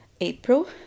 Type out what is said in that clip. April